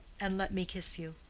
and let me kiss you.